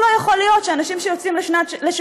אבל לא יכול להיות שאנשים שיוצאים לשנת